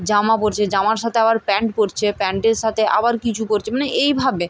জামা পরছে জামার সাথে আবার প্যান্ট পরছে প্যান্টের সাথে আবার কিছু পরছে মানে এইভাবে